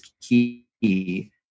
key